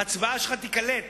ההצבעה שלך תיקלט